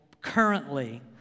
currently